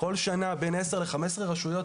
כל שנה בין 10 ל-15 רשויות,